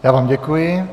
Já vám děkuji.